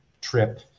trip